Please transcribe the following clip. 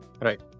Right